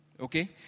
Okay